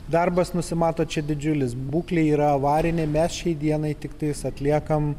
darbas nusimato čia didžiulis būklė yra avarinė mes šiai dienai tiktais atliekam